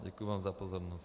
Děkuji vám za pozornost.